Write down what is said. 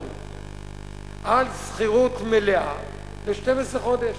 על שכירות מלאה ל-12 חודש.